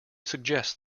suggest